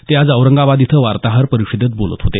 ते आज औरंगाबाद इथं वार्ताहर परिषदेत बोलत होते